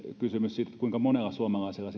kysymys on siitä kuinka monella suomalaisella